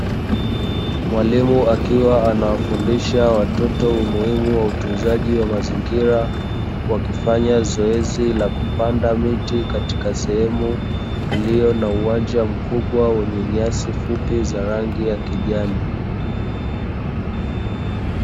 Mwalimu akiwa anawafundisha watoto umuhimi wa utunzaji wa mazingira, wakifanya zoezi la kupanda miti katika sehemu iliyo na uwanja mkubwa na nyasi fupi za rangi ya kijani.